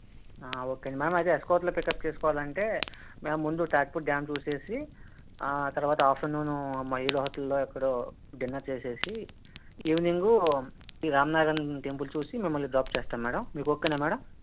okay అండి ma'am అదే escort లో పిక్ అప్ చేసుకోవాలంటే మ్యామ్ ముందు తాటిపూడి డ్యామ్ చూసేసి ఆ తర్వాత ఆఫ్టర్నూన్ మయూరు హోటల్ లో ఎక్కడో డిన్నర్ చేసేసి ఈవినింగ్ ఈ రామనాదన్ టెంపుల్ చూసి మిమ్మల్ని డ్రాప్ చేస్తాను మ్యాడమ్ మీకు ఓకేనా మ్యాడమ్